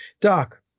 Doc